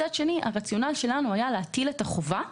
מצד שני, הרציונל שלנו היה להטיל את החובה,